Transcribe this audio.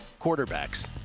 quarterbacks